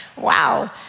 Wow